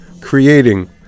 creating